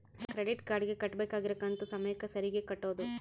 credit card ಗೆ ಕಟ್ಬಕಾಗಿರೋ ಕಂತು ಸಮಯಕ್ಕ ಸರೀಗೆ ಕಟೋದು